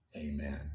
Amen